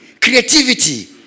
Creativity